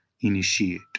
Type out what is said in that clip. initiate